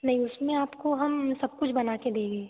नहीं उसमें आपको हम सब कुछ बना के देंगे